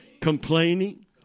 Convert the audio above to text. Complaining